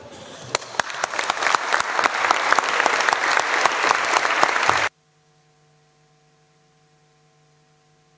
Hvala,